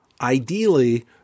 Ideally